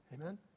Amen